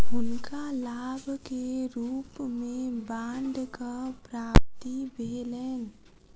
हुनका लाभ के रूप में बांडक प्राप्ति भेलैन